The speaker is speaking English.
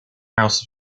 house